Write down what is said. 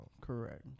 correct